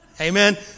amen